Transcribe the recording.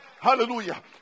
Hallelujah